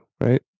right